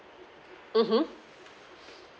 mmhmm